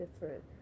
different